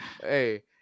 Hey